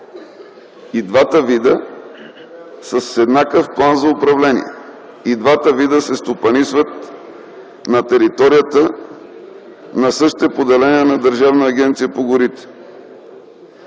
и двата вида са с еднакъв план на управление, и двата вида се стопанисват на територията на същите поделения на Изпълнителната агенция по горите.